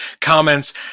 comments